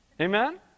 Amen